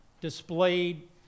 displayed